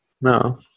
no